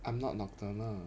I'm not nocturnal